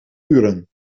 uren